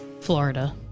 Florida